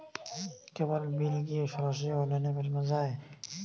কেবল bill কি সরাসরি অনলাইনে মেটানো য়ায়?